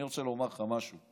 אני רוצה לומר לך משהו